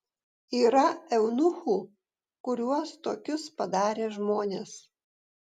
yra eunuchų kuriuos tokius padarė žmonės